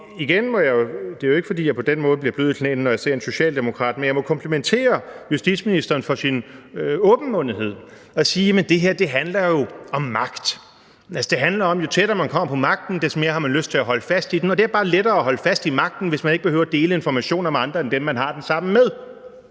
Det er jo ikke, fordi jeg på den måde bliver blød i knæene, når jeg ser en socialdemokrat, men jeg må komplimentere justitsministeren for sin åbenmundethed, når han siger, at det her handler om magt. Det handler om, at jo tættere man kommer på magten, des mere har man lyst til at holde fast i den, og det er bare lettere at holde fast i magten, hvis man ikke behøver at dele informationer med andre end dem, man har den sammen med.